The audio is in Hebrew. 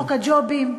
חוק הג'ובים.